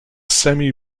semi